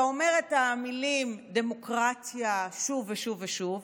אתה אומר את המילים "דמוקרטיה" שוב ושוב ושוב,